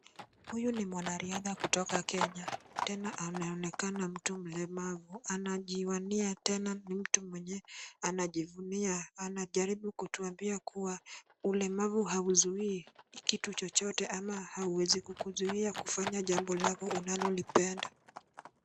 Huyu ni mwanariadha kutoka Kenya tena ameonekana mtu mlemavu. Anajiwania tena ni mtu mwenye anajivunia anajaribu kutwambia kuwa ulemavu hauzui kitu chochote ama hauwezi kukuzuia kufanya jambo lako unalolipenda.